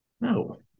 No